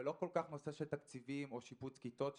ולא כל כך נושא של תקציבים או שיפוץ כיתות,